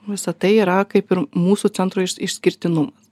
visa tai yra kaip ir mūsų centro iš išskirtinumas